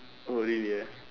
oh really ah